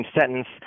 sentence